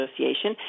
Association